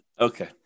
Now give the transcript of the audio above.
okay